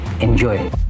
Enjoy